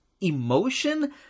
emotion